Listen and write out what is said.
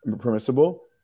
permissible